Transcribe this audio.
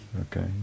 Okay